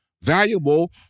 valuable